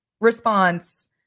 response